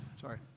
sorry